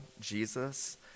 Jesus